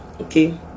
Okay